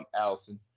Allison